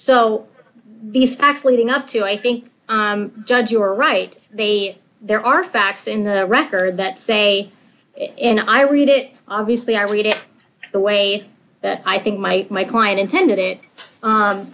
so these facts leading up to i think judge you are right the there are facts in the record that say in i read it obviously i read it the way i think my my client intended it